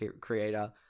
creator